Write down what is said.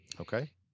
Okay